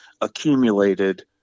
accumulated